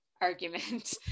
argument